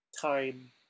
time